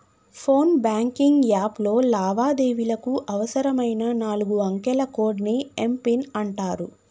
phone banking app లో లావాదేవీలకు అవసరమైన నాలుగు అంకెల కోడ్ని ఏం పిన్ అంటారు